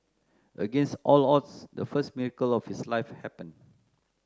against all odds the first miracle of his life happened